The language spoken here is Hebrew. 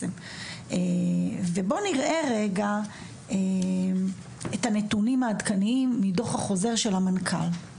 בוא נראה את הנתונים העדכניים מדו"ח החוזר של המנכ"ל.